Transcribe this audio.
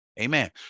amen